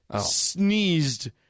sneezed